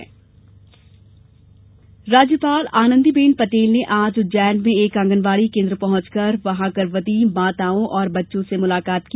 राज्यपाल राज्यपाल आनंदीबेन पटेल ने आज उज्जैन में एक आंगनवाड़ी केंद्र पहुंच कर वहां गर्भवती माताओं और बच्चों से मुलाकात की